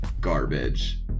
garbage